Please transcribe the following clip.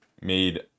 made